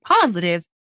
positive